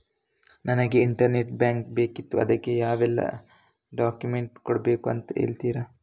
ನನಗೆ internet bank ಬೇಕಿತ್ತು ಅದಕ್ಕೆ ಯಾವೆಲ್ಲಾ ಡಾಕ್ಯುಮೆಂಟ್ಸ್ ಕೊಡ್ಬೇಕು ಅಂತ ಹೇಳ್ತಿರಾ?